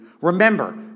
remember